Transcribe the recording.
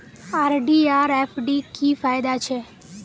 RD R FD की फ़ायदा छे?